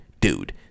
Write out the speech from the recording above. dude